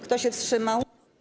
Kto się wstrzymał?